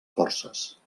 forces